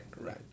right